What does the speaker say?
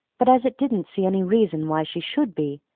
but as it didn't see any reason why she should be,